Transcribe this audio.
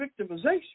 victimization